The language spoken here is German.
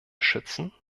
schützen